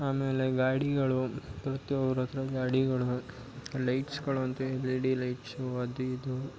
ಆಮೇಲೆ ಗಾಡಿಗಳು ಪ್ರತಿ ಒಬ್ಬರ ಹತ್ರ ಗಾಡಿಗಳು ಲೈಟ್ಸುಗಳು ಅಂತೂ ಎಲ್ ಇ ಡಿ ಲೈಟ್ಸು ಅದು ಇದು